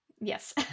Yes